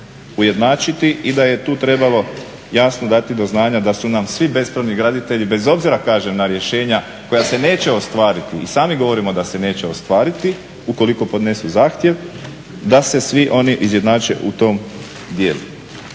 i da je tu trebalo jasno dati do znanja da su nam svi bespravni graditelji, bez obzira kažem na rješenja koja se neće ostvariti, i sami govorimo da se neće ostvariti ukoliko podnesu zahtjev, da se svi oni izjednače u tom dijelu.